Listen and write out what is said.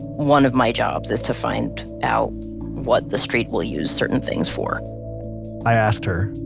one of my jobs is to find out what the street will use certain things for i asked her,